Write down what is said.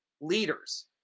leaders